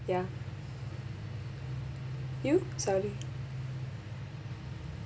ya you sorry